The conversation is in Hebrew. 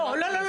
לא.